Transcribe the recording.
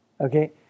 Okay